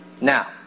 Now